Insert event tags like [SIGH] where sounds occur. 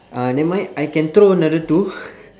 uh never mind I can throw another two [LAUGHS]